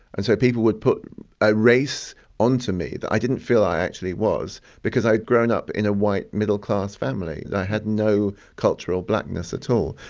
and so people would put a race onto me that i didn't feel i actually was, because i'd grown up in a white, middle class family. i had no cultural blackness at all.